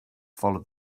follow